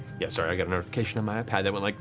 yeah, sorry, i got a notification on my ipad that went like,